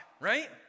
right